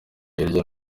hirya